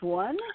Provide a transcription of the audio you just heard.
one